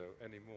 anymore